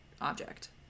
object